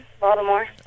Baltimore